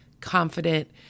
confident